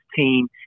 team